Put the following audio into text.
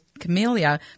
camellia